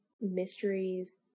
mysteries